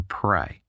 pray